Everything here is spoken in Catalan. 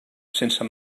sense